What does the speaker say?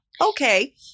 okay